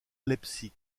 leipzig